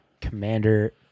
Commander